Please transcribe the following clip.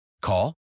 Call